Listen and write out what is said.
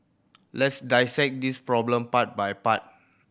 let's dissect this problem part by part